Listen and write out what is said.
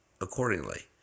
accordingly